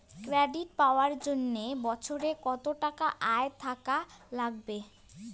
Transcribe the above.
Credit পাবার জন্যে বছরে কত টাকা আয় থাকা লাগবে?